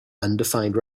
undefined